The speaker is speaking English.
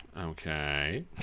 Okay